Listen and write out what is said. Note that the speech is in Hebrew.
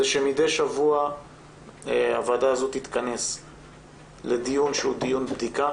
זה שמדי שבוע הוועדה הזו תתכנס לדיון שהוא דיון בדיקה,